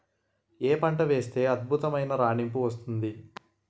ఏ పంట వేస్తే అద్భుతమైన రాణింపు వస్తుంది?